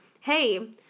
hey